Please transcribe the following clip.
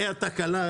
הייתה תקלה,